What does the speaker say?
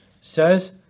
says